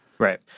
Right